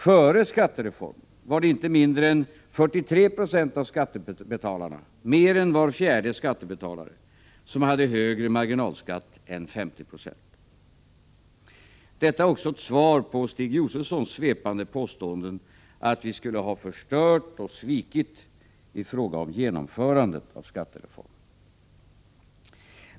Före skattereformen var det inte mindre än 43 70 av skattebetalarna, mer än var fjärde skattebetalare, som hade högre marginalskatt än 50 20. Detta är också ett svar på Stig Josefsons svepande påståenden att vi skulle ha förstört och svikit i fråga om genomförandet av skattereformen.